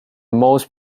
most